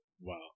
wow